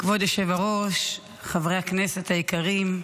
כבוד היושב-ראש, חברי הכנסת היקרים,